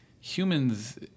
Humans